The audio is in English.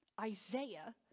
Isaiah